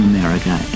America